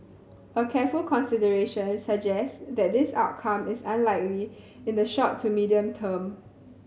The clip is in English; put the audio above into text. a careful consideration suggest that this outcome is unlikely in the short to medium term